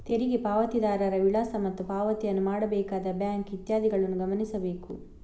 ತೆರಿಗೆ ಪಾವತಿದಾರರ ವಿಳಾಸ ಮತ್ತು ಪಾವತಿಯನ್ನು ಮಾಡಬೇಕಾದ ಬ್ಯಾಂಕ್ ಇತ್ಯಾದಿಗಳನ್ನು ಗಮನಿಸಬೇಕು